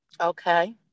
okay